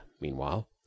meanwhile